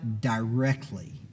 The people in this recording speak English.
directly